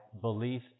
belief